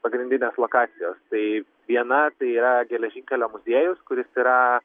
pagrindinės lokacijos tai viena tai yra geležinkelio muziejus kuris yra